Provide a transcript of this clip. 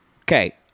Okay